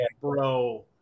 bro